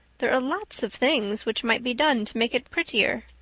there are lots of things which might be done to make it prettier.